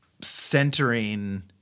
centering –